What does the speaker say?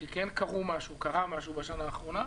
כי כן קרה משהו בשנה האחרונה.